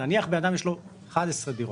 נניח בנאדם יש לו 11 דירות,